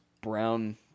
brown